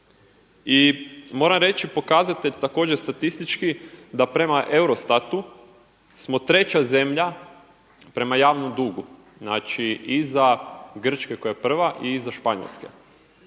I moram reći pokazatelj također statistički da prema Eurostatu smo treća zemlja prema javnom dugu, znači iza Grčke koja je prva i iza Španjolske.